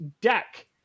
Deck